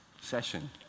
session